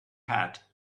hat